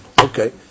Okay